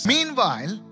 Meanwhile